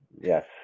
Yes